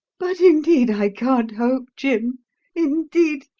but indeed, i can't hope, jim indeed,